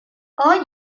are